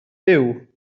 byw